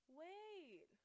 wait